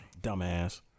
Dumbass